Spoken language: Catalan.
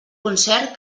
concert